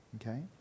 Okay